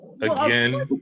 again